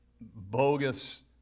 bogus